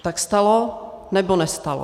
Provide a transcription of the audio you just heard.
Tak stalo, nebo nestalo?